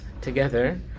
together